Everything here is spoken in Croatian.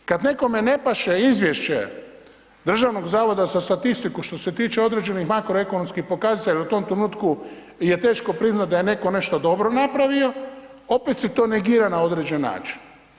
Kad nekome ne paše izvješće Državnog zavoda za statistiku što se tiče određenih makroekonomskih pokazatelja jer u tom trenutku je teško priznati da je netko nešto dobro napravio opet se to negira na određeni način.